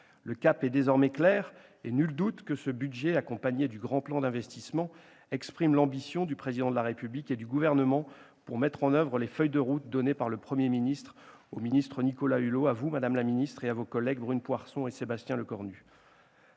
Le cap est désormais clair et nul doute que ce budget, accompagné du grand plan d'investissement, exprime l'ambition du Président de la République et du Gouvernement pour mettre en oeuvre les feuilles de route données par le Premier ministre au ministre d'État Nicolas Hulot, à vous, madame la ministre, et à vos collègues Brune Poirson et Sébastien Lecornu.